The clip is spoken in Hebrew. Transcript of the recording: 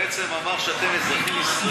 בעצם אמר שאתם אזרחים ישראלים.